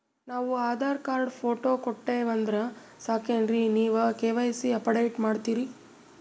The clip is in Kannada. ನಾವು ಆಧಾರ ಕಾರ್ಡ, ಫೋಟೊ ಕೊಟ್ಟೀವಂದ್ರ ಸಾಕೇನ್ರಿ ನೀವ ಕೆ.ವೈ.ಸಿ ಅಪಡೇಟ ಮಾಡ್ತೀರಿ?